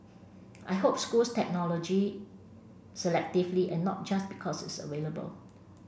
I hope schools technology selectively and not just because it's available